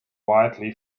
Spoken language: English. widely